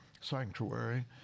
Sanctuary